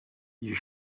you